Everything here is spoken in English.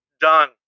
done